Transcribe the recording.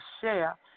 share